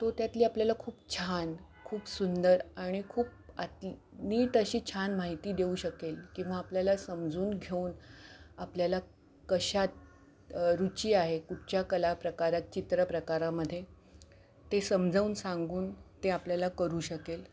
तो त्यातली आपल्याला खूप छान खूप सुंदर आणि खूप आत नीट अशी छान माहिती देऊ शकेल किंवा आपल्याला समजून घेऊन आपल्याला कशात रुची आहे कुठच्या कला प्रकारात चित्र प्रकारामध्ये ते समजावून सांगून ते आपल्याला कळू शकेल